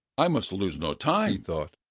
i must lose no time, he thought,